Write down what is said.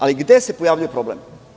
Ali, gde se pojavljuje problem?